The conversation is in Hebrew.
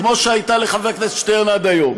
כמו שהייתה לחבר הכנסת שטרן עד היום: